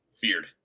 Feared